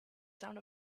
sound